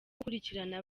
gukurikirana